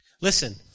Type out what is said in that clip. Listen